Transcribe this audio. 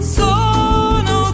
sono